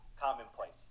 commonplace